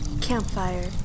Campfire